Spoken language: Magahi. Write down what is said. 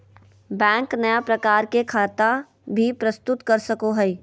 बैंक नया प्रकार के खता भी प्रस्तुत कर सको हइ